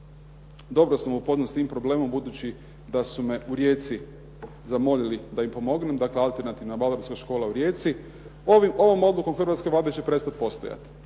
dobro sam upoznat s tim problemom budući da su me u Rijeci zamolili da im pomognem, dakle alternativna …/Govornik se ne razumije./… škola u Rijeci. Ovom odlukom hrvatske Vlade će prestati postojati.